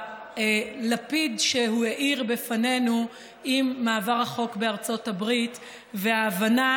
בלפיד שהוא האיר בפנינו עם מעבר החוק בארצות הברית וההבנה